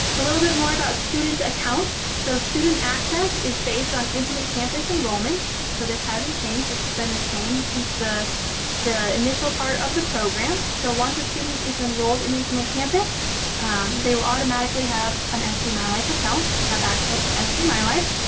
a little bit more about student accounts. so student access is based on infinite campus enrollment. so this hasn't changed. this has been the same since the the initial part of the program. so once a student is enrolled in infinite campus they will automatically have an sdmylife account or have access to sdmylife.